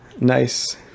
Nice